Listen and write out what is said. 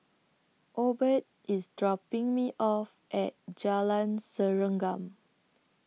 Obed IS dropping Me off At Jalan Serengam